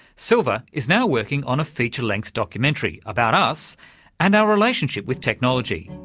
silva is now working on a feature-length documentary about us and our relationship with technology,